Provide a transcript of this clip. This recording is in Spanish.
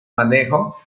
manejo